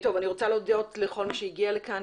אני רוצה להודות לכל מי שהגיע לכאן,